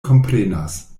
komprenas